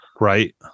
Right